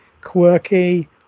quirky